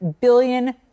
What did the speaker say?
billion